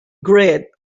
grid